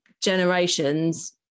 generations